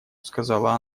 сказала